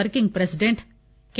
working president K